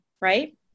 right